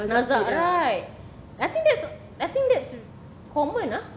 nazak right I think that's I think that's common ah